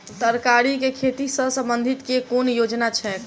तरकारी केँ खेती सऽ संबंधित केँ कुन योजना छैक?